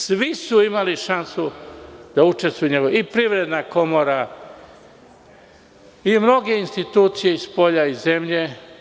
Svi su imali šansu da učestvuju, i Privredna komora i mnoge institucije spolja i iz zemlje.